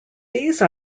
these